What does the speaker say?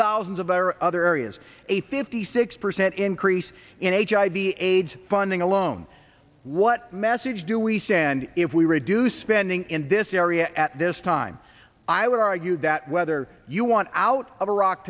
thousands of our other areas a fifty six percent increase in a hiv aids funding alone what message do we stand if we reduce spending in this area at this time i would argue that whether you want out of iraq